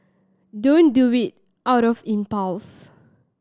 don't do it out of impulse